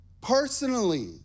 personally